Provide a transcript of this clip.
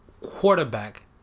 quarterback